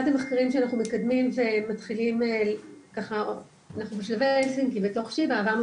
אחד המחקרים שאנחנו מקדמים זה בתוך שיבא ואנחנו עברנו